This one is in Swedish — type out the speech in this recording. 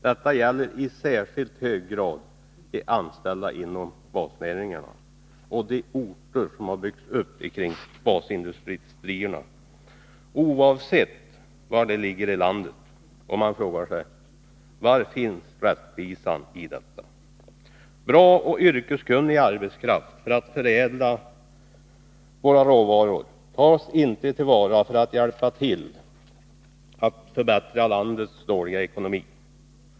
Detta gäller i särskilt hög grad de anställda inom basnäringarna och de orter som har byggts upp kring basindustrierna, oavsett var de ligger i landet. Och man frågar sig: Var finns rättvisan i detta? Bra och yrkeskunnig arbetskraft för att förädla våra råvaror tas inte till vara för att hjälpa till att förbättra landets dåliga ekonomi.